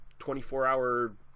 24-hour